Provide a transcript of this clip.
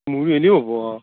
মুৰি হ'লেও হ'ব অঁ